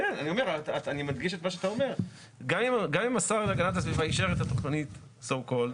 כמו שהוא אמר, אנחנו לא רוצים להתחיל מאפס למאה.